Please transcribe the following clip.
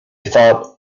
thought